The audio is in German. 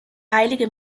heilige